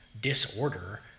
disorder